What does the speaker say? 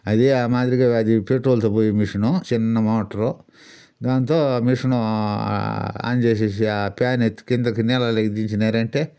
అది ఆ మాదిరిగా అది పెట్రోల్తో పోయేది మిషను చిన్న మోటర్ దాంతో మిషను ఆన్ చేసేసి ఫ్యాన్ ఎత్తి కిందకి నీళ్ళలోకి దించినారంటే